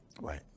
Right